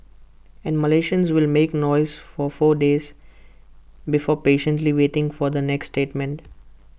and Malaysians will make noise for four days before patiently waiting for the next statement